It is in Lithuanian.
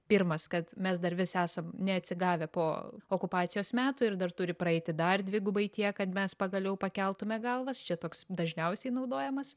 pirmas kad mes dar vis esam neatsigavę po okupacijos metų ir dar turi praeiti dar dvigubai tiek kad mes pagaliau pakeltume galvas čia toks dažniausiai naudojamas